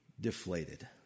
deflated